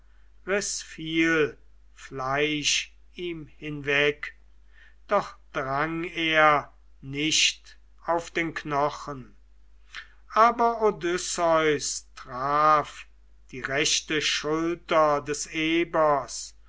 viel fleisch ihm hinweg doch drang er nicht auf den knochen aber odysseus traf die rechte schulter des ebers